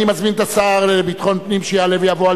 אני מזמין את השר לביטחון פנים שיעלה ויבוא על